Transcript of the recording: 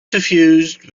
suffused